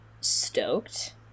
stoked